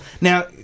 Now